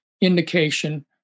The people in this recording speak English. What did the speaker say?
indication